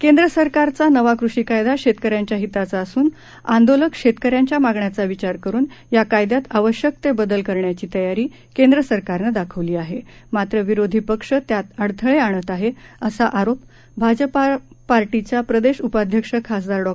केंद्र सरकारचा नवा कृषी कायदा शेतकऱ्यांच्या हिताचा असून आंदोलक शेतकऱ्यांच्या मागण्यांचा विचार करून या कायद्यात आवश्यक ते बदल करण्याची तयारी केंद्र सरकारनं दाखवली आहे मात्र विरोधी पक्ष त्यात अडथळे आणत आहेत असा आरोप भाजपार्टीच्या प्रदेश उपाध्यक्ष खासदार डॉ